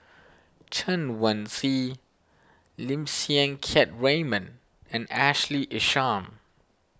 Chen Wen Hsi Lim Siang Keat Raymond and Ashley Isham